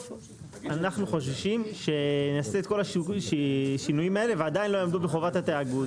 אנחנו חוששים שנעשה את כל השינויים האלה ועדיין לא יעמדו בחובת התאגוד.